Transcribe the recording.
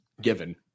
given